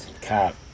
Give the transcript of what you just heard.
Cap